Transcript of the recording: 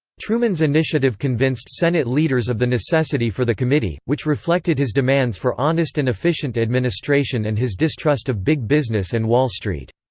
truman's initiative convinced senate leaders of the necessity for the committee, which reflected his demands for honest and efficient administration and his distrust of big business and wall street.